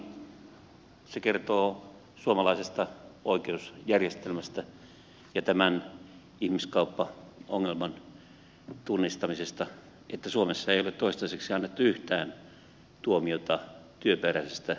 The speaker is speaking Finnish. jotakin se kertoo suomalaisesta oikeusjärjestelmästä ja tämän ihmiskauppaongelman tunnistamisesta että suomessa ei ole toistaiseksi annettu yhtään tuomiota työperäisestä ihmiskaupasta